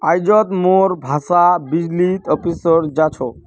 आइज मोर भाया बिजली ऑफिस जा छ